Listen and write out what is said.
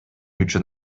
үчүн